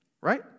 right